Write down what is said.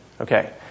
Okay